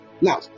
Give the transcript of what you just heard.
Now